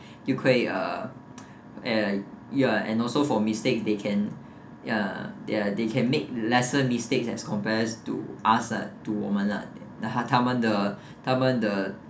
又可以 uh eh ya and also for mistakes they can ah yah there they can make lesser mistakes as compares to us lah to 我们 lah 他们的他们的